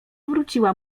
wróciła